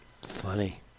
Funny